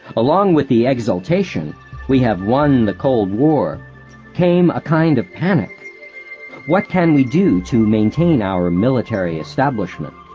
along with the exultation we have won the cold war came a kind of panic what can we do to maintain our military establishment?